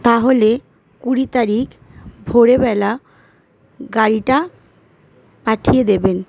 তাহলে কুড়ি তারিখ ভোরবেলা গাড়িটা পাঠিয়ে দেবেন